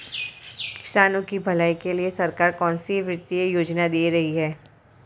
किसानों की भलाई के लिए सरकार कौनसी वित्तीय योजना दे रही है?